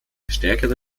stärkere